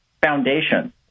foundation